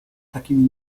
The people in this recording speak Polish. takimi